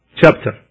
chapter